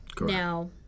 now